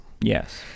Yes